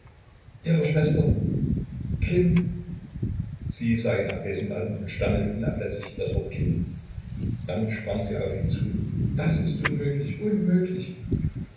ihrer schwester kind sie sah ihn abwesend an und stammelte unablässig das wort kind dann sprang sie auf ihn zu das ist unmöglich unmöglich